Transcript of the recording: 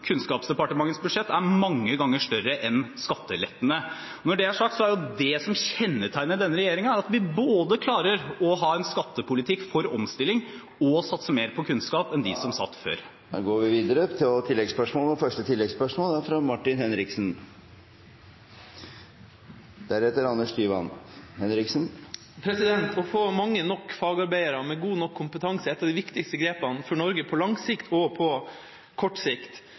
Kunnskapsdepartementets budsjett er mange ganger større enn skattelettene. Når det er sagt, er det som kjennetegner denne regjeringen, at vi både klarer å ha en skattepolitikk for omstilling og satse mer på kunnskap enn de som satt i regjering før. Det åpnes for oppfølgingsspørsmål – først representanten Martin Henriksen. Å få mange nok fagarbeidere med god nok kompetanse er et av de viktigste grepene for Norge på lang sikt og på kort sikt.